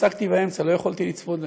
הפסקתי באמצע, לא יכולתי לצפות בהן.